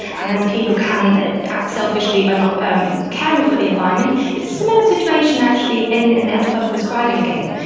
and then people can act selfishly by not um caring for the environment. it's a similar situation actually in and the antibiotic and but prescribing game.